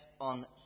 on